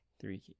Three